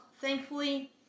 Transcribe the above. Thankfully